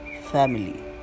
family